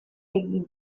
egin